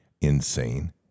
insane